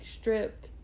stripped